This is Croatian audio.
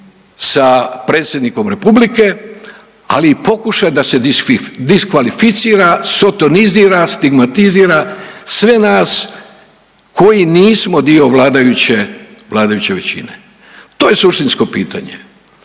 sa predsjednikom Republike, ali i pokušaj da se diskvalificira, sotonizira, stigmatizira sve nas koji nismo dio vladajuće većine? To je suštinsko pitanje.